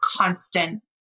constant